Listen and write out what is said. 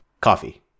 Coffee